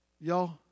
Y'all